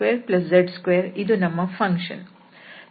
fx y zx2y2z2 ಇದು ನಮ್ಮ function